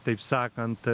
taip sakant